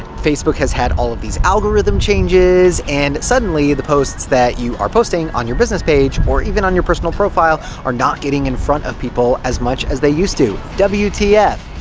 facebook has had all of these algorithm changes, and suddenly the posts that you are posting on your business page or even on your personal profile are not getting in front of people as much as they used to. w t f?